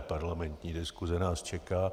Parlamentní diskuse nás čeká.